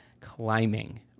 climbing